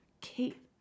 Kate